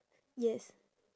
yes